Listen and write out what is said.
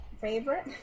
favorite